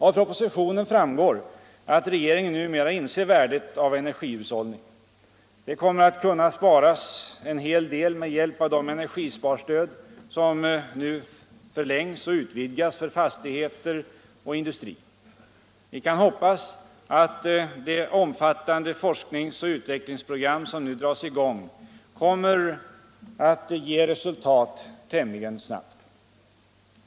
Av propositionen framgår att regeringen numera inser värdet av energihushållning. Det kommer att kunna sparas en hel del med hjälp av de energisparstöd som nu förlängs och utvidgas för fastigheter och industri. Vi kan hoppas att det omfattande forskningsoch utvecklingsprogram som nu dras i gång kommer att ge resultat tämligen snabbt.